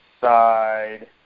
side